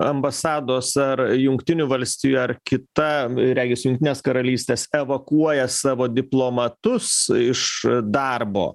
ambasados ar jungtinių valstijų ar kita regis jungtinės karalystės evakuoja savo diplomatus iš darbo